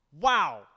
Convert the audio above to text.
Wow